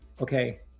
Okay